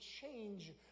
change